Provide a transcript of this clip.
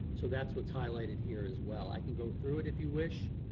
so that's what's highlighted here as well. i can go through it if you wish.